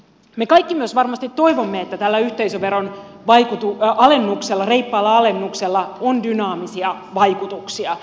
me kaikki myös varmasti toivomme että tällä yhteisöveron reippaalla alennuksella on dynaamisia vaikutuksia